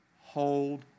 Hold